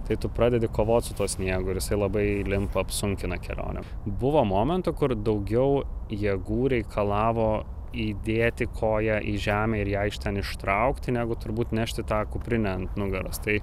tai tu pradedi kovot su tuo sniegu ir jisai labai limpa apsunkina kelionę buvo momentų kur daugiau jėgų reikalavo įdėti koją į žemę ir ją iš ten ištraukti negu turbūt nešti tą kuprinę ant nugaros tai